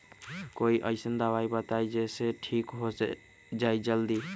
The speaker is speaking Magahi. कोई अईसन दवाई बताई जे से ठीक हो जई जल्दी?